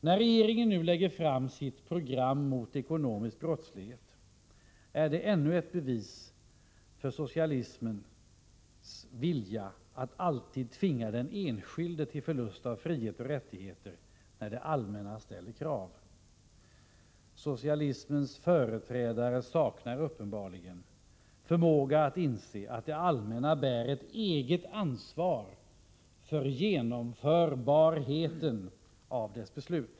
När regeringen nu lägger fram sitt program mot ekonomisk brottslighet är det ännu ett bevis på socialismens vilja att alltid tvinga den enskilde till förlust av frihet och rättigheter när det allmänna ställer krav. Socialismens företrädare saknar uppenbarligen förmåga att inse att det allmänna bär ett eget ansvar för genomförbarheten av dess beslut.